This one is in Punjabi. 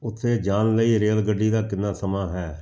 ਉੱਥੇ ਜਾਣ ਲਈ ਰੇਲਗੱਡੀ ਦਾ ਕਿੰਨਾ ਸਮਾਂ ਹੈ